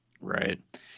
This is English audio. right